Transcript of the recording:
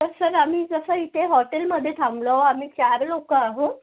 तर सर आम्ही जसं इथे हॉटेलमध्ये थांबलो आम्ही चार लोकं आहोत